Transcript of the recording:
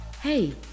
Hey